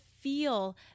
feel